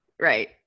Right